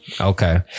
okay